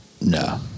No